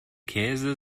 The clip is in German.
käse